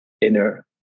inner